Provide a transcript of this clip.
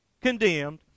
condemned